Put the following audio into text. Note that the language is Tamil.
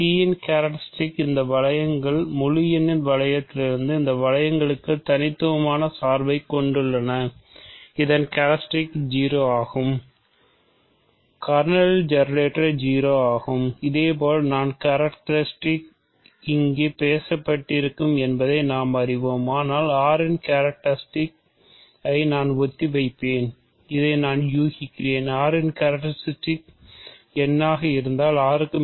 C இன் கேரக்ட்ரிஸ்டிக் இந்த வளையங்கள் முழு எண்ணின் வளையத்திலிருந்து இந்த வளையங்களுக்கு தனித்துவமான சார்பை கொண்டுள்ளன இதன் கேரக்ட்ரிஸ்டிகும் 0 ஆகும் கர்னலின் ஜெனரேட்டர் 0 ஆகும்